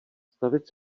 stavit